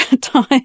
time